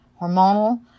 hormonal